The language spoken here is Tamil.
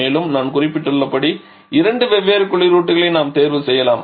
மேலும் நான் குறிப்பிட்டுள்ளபடி இரண்டு வெவ்வேறு குளிரூட்டிகளை நாம் தேர்வு செய்யலாம்